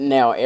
Now